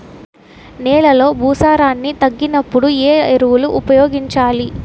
నెలలో భూసారాన్ని తగ్గినప్పుడు, ఏ ఎరువులు ఉపయోగించాలి?